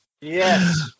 Yes